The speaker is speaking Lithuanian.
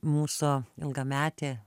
mūsų ilgametė